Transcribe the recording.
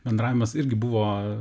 bendravimas irgi buvo